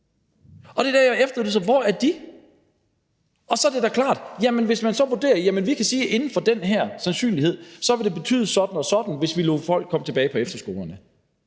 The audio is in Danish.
på det, og hvor er de? Så er det da klart, at man, hvis man så vurderer, at man kan sige, at det inden for den her sandsynlighed ville betyde sådan og sådan, hvis man lod folk komme tilbage på efterskolerne,